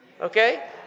Okay